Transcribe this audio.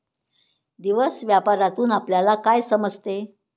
दिवस व्यापारातून आपल्यला काय समजते